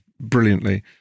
brilliantly